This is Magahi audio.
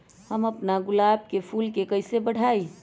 हम अपना गुलाब के फूल के कईसे बढ़ाई?